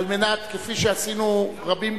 כפי שעשינו רבים,